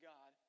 God